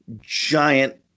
giant